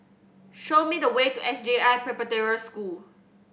show me the way to S J I Preparatory School